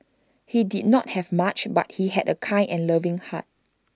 he did not have much but he had A kind and loving heart